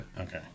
Okay